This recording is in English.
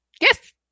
yes